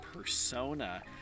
persona